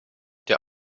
der